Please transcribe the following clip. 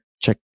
check